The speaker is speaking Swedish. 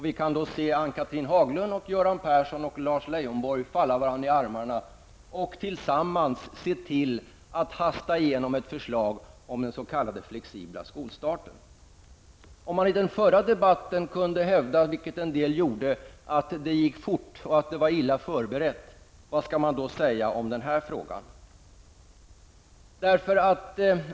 Vi kan då se Ann-Cathrine Haglund, Göran Persson och Lars Leijonborg falla varandra i armarna och tillsammans se till att hasta igenom ett förslag om den s.k. flexibla skolstarten. Om man i den förra debatten kunde hävda, vilket en del gjorde, att det hela hade gått fort och att det var illa förberett, vad skall man då säga om denna fråga?